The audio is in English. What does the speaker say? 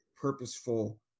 purposeful